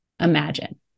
imagine